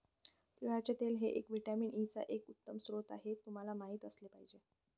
तिळाचे तेल हे व्हिटॅमिन ई चा एक उत्तम स्रोत आहे हे तुम्हाला माहित असले पाहिजे